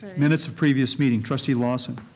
minutes of previous meeting, trustee lawson.